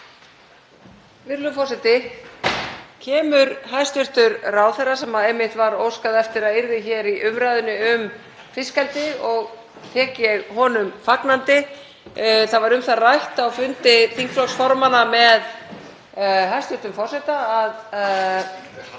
Virðulegur forseti. Kemur hæstv. ráðherra sem einmitt var óskað eftir að yrði hér í umræðunni um fiskeldi og tek ég honum fagnandi. Það var um það rætt á fundi þingflokksformanna með hæstv. forseta að